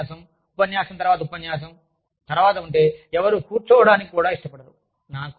boring ఉపన్యాసం ఉపన్యాసం తర్వాత ఉపన్యాసం తర్వాత ఉంటే ఎవరూ కూర్చోవడానికి కూడా ఇష్టపడరు